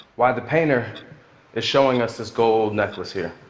why the painter is showing us this gold necklace here.